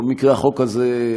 לא במקרה החוק הזה,